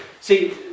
See